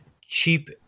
Cheap